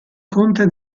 conte